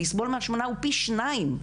לסבול מהשמנה הוא פי שניים,